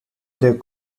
they